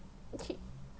okay